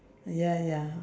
ya ya